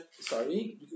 sorry